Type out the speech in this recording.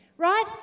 right